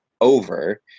over